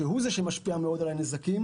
שהוא זה שמשפיע מאוד על הנזקים,